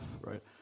right